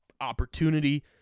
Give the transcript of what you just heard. opportunity